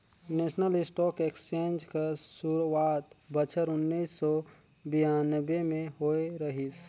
national stock exchange कर सुरवात बछर उन्नीस सव बियानबें में होए रहिस